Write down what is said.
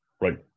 right